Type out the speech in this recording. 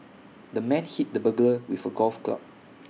the man hit the burglar with A golf club